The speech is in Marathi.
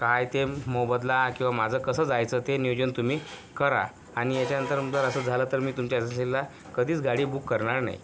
काय ते मोबदला किंवा माझं कसं जायचं ते नियोजन तुम्ही करा आणि याच्यानंतर जर असंच झालं तर मी तुमच्या एजन्सीला कधीच गाडी बुक करणार नाही